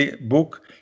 book